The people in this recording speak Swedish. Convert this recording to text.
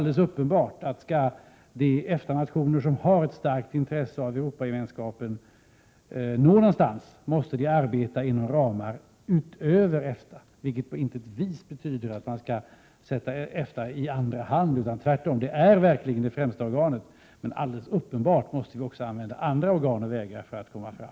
Det är uppenbart att om de EFTA-nationer som har ett starkt intresse av Europagemenskapen skall nå någonstans, måste de arbeta utöver EFTA:s ramar. Detta betyder på intet vis att man skall sätta EFTA i andra hand — det är tvärtom verkligen det främsta organet — men alldeles uppenbart måste vi också använda andra organ och vägar för att nå resultat.